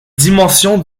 dimensions